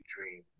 dream